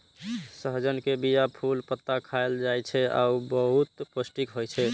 सहजन के बीया, फूल, पत्ता खाएल जाइ छै आ ऊ बहुत पौष्टिक होइ छै